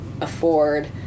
afford